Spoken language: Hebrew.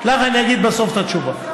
לך אני אגיד בסוף את התשובה.